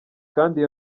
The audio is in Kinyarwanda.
kandi